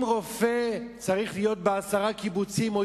אם רופא צריך להיות בעשרה קיבוצים או